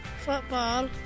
football